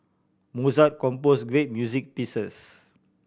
Mozart compose great music pieces